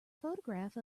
photograph